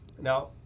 Now